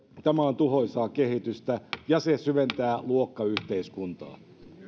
tämä on tuhoisaa kehitystä ja se syventää luokkayhteiskuntaa